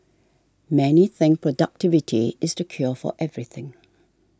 many think productivity is the cure for everything